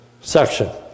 section